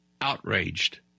outraged